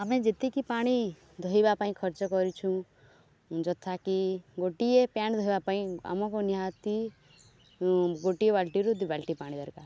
ଆମେ ଯେତିକି ପାଣି ଧୋଇବା ପାଇଁ ଖର୍ଚ୍ଚ କରିଛୁଁ ଯଥାକି ଗୋଟିଏ ପ୍ୟାଣ୍ଟ ଧୋଇବା ପାଇଁ ଆମକୁ ନିହାତି ଗୋଟିଏ ବାଲଟିରୁ ଦୁଇ ବାଲ୍ଟି ପାଣି ଦରକାର